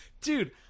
Dude